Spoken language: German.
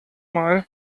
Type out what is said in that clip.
mal